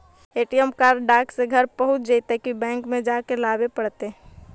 ATM card डाक से घरे पहुँच जईतै कि बैंक में जाके लाबे पड़तै?